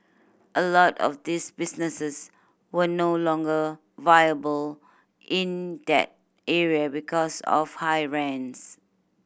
a lot of these businesses were no longer viable in that area because of high rents